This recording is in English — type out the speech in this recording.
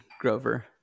Grover